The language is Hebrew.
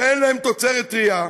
שאין להם תוצרת טרייה,